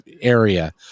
area